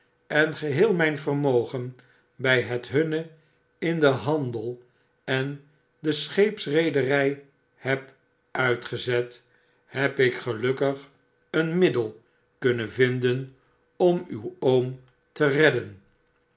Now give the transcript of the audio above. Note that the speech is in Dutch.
en geheel mijn vermogen bi het hunne m den handel en de scheepsreederij heb mtgezet heb ik gelukkig een middel kunnen vinden om uw oom te redden